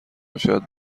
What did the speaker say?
شاید